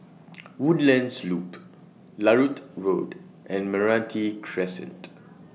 Woodlands Loop Larut Road and Meranti Crescent